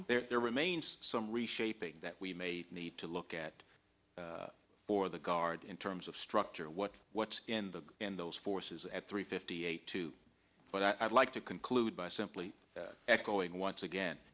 there there remains some reshaping that we may need to look at for the guard in terms of structure what what's in the in those forces at three fifty eight two but i'd like to conclude by simply echoing once